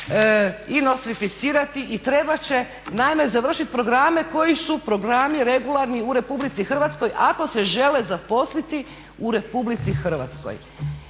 i nostrificirati i trebat će naime završiti programe koji su programi regularni u RH ako se žele zaposliti u RH. Jer takav